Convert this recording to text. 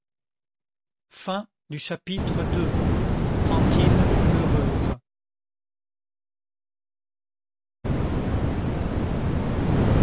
chapitre ii fantine heureuse